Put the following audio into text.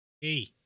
Hey